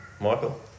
Michael